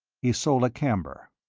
ysola camber.